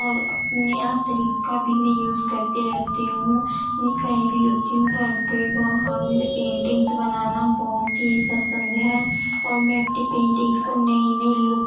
اور اب نیا طریقہ بھی میں یوز کرتی رہتی ہوں میں کہیں بھی ہوتی ہوں گھر پہ باہر میرے پینٹنگز بنانا بہت ہی پسند ہے اور میں اپنی پینٹنگز کو نئی نئی لک